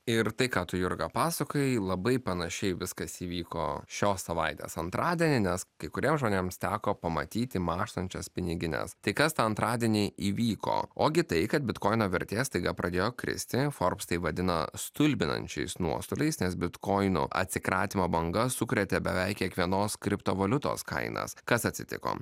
ir tai ką tu jurga pasakojai labai panašiai viskas įvyko šios savaitės antradienį nes kai kuriems žmonėms teko pamatyti mąžtančias pinigines tai kas tą antradienį įvyko ogi tai kad bitkoino vertė staiga pradėjo kristi forbs tai vadina stulbinančiais nuostoliais nes bitkoino atsikratymo banga sukrėtė beveik kiekvienos kriptovaliutos kainas kas atsitiko